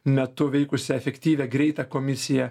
metu veikusią efektyvią greitą komisiją